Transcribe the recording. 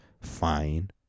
Fine